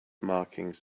markings